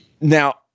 Now